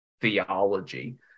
theology